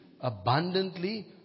abundantly